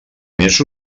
més